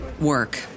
work